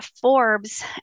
Forbes